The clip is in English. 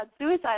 suicide